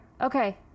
okay